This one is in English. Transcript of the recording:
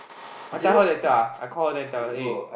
I tell her later ah I call her then I tell her eh